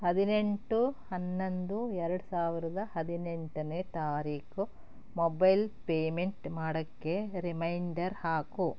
ಹದಿನೆಂಟು ಹನ್ನೊಂದು ಎರಡು ಸಾವಿರದ ಹದಿನೆಂಟನೇ ತಾರೀಖು ಮೊಬೈಲ್ ಪೇಮೆಂಟ್ ಮಾಡೋಕ್ಕೆ ರಿಮೈಂಡರ್ ಹಾಕು